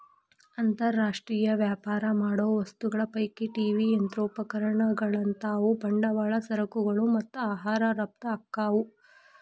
ಅಂತರ್ ರಾಷ್ಟ್ರೇಯ ವ್ಯಾಪಾರ ಮಾಡೋ ವಸ್ತುಗಳ ಪೈಕಿ ಟಿ.ವಿ ಯಂತ್ರೋಪಕರಣಗಳಂತಾವು ಬಂಡವಾಳ ಸರಕುಗಳು ಮತ್ತ ಆಹಾರ ರಫ್ತ ಆಕ್ಕಾವು